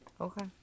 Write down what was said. Okay